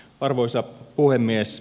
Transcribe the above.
arvoisa puhemies